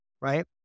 right